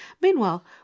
meanwhile